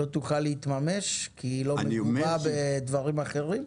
לא תוכל להתממש כי היא כרוכה בדברים אחרים?